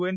N